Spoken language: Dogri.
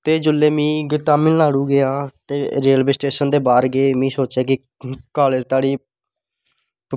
ते जिसलै में तामिल नाडू गेआं ते रेलवे स्टेषन दे बाह्र गे में सोचेआ के कालेज़ धोड़ी